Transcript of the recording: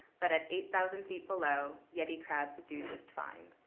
but at eight thousand feet below, yeti crabs do just fine.